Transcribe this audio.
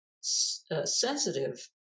sensitive